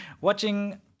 watching